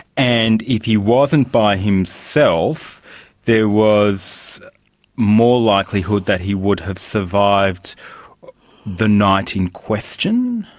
and if he wasn't by himself there was more likelihood that he would have survived the night in question.